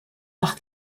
nach